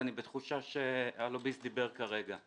ואני בתחושה שהלוביסט דיבר כרגע.